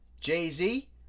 Jay-Z